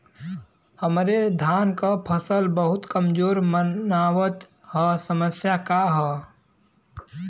हमरे धान क फसल बहुत कमजोर मनावत ह समस्या का ह?